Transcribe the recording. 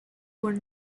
were